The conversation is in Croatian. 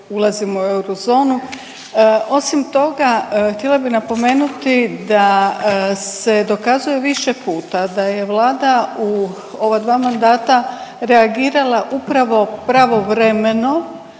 ulazimo u eurozonu. Osim toga, htjela bih napomenuti da se dokazuje više puta da je Vlada u ova dva mandata reagirala upravo pravovremeno